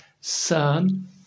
son